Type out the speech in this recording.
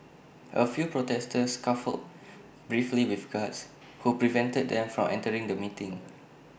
A few protesters scuffled briefly with guards who prevented them from entering the meeting